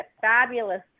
fabulous